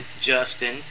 Justin